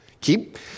Keep